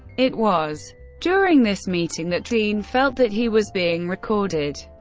it was during this meeting that dean felt that he was being recorded.